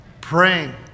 Praying